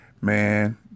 Man